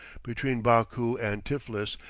between baku and tiflis,